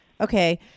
okay